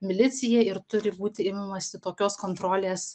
milicija ir turi būti imamasi tokios kontrolės